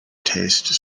taste